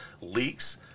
leaks